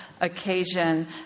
occasion